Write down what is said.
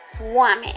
woman